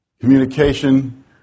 communication